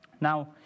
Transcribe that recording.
Now